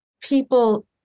people